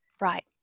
right